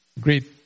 great